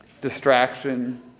Distraction